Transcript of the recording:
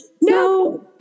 No